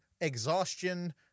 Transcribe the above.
Exhaustion